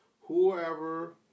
whoever